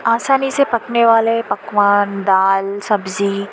آسانی سے پکنے والے پکوان دال سبزی